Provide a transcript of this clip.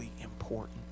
important